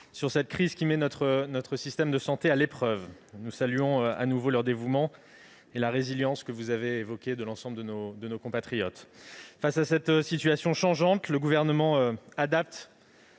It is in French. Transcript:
à cette crise qui met notre système de santé à l'épreuve. Nous saluons de nouveau leur dévouement, ainsi que la résilience, que vous avez évoquée, de l'ensemble de nos compatriotes. Face à cette situation changeante, le Gouvernement adapte